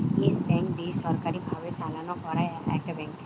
yes Bank বেসরকারি ভাবে চালনা করা একটা ব্যাঙ্ক